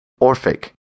Orphic